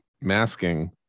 masking